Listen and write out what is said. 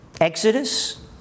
exodus